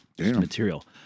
material